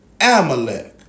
Amalek